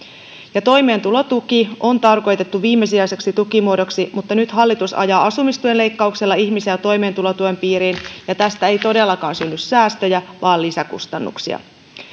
toimeentulotuki on tarkoitettu viimesijaiseksi tukimuodoksi mutta nyt hallitus ajaa asumistuen leikkauksella ihmisiä toimeentulotuen piiriin ja tästä ei todellakaan synny säästöjä vaan lisäkustannuksia